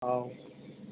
औ